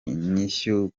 inyishu